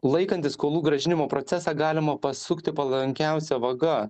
laikantis skolų grąžinimo procesą galima pasukti palankiausia vaga